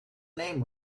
name